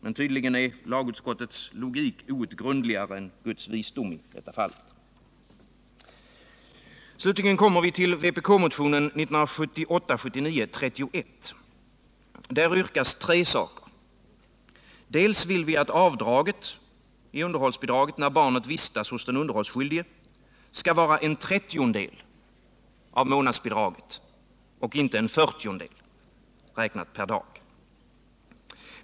Men tydligen är lagutskottets logik i detta fall outgrundligare än t.o.m. Guds visdom. Slutligen kommer vi till vpk-motionen 1978 30 och inte 1/40 av månadsbidraget per dag när barnet vistas hos den underhållsskyldige.